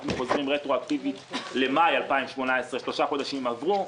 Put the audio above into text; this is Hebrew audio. אנחנו חוזרים רטרואקטיבית למאי 2018. שלושה חודשים עברו.